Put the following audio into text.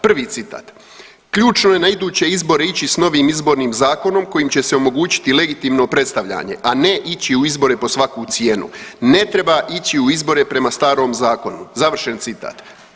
Prvi citat, ključno je na iduće izbore ići s novim Izbornim zakonom kojim će se omogućiti legitimno predstavljanje, a ne ići u izbore pod svaku cijenu, ne treba ići u izbore prema starom zakonu, završen citat.